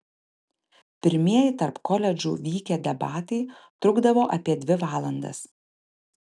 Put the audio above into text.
pirmieji tarp koledžų vykę debatai trukdavo apie dvi valandas